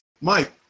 Mike